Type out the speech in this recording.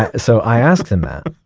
and so i asked him that.